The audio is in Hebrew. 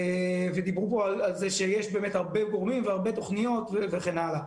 דיברו על כך שיש הרבה גורמים והרבה תוכניות וכן הלאה.